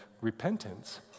repentance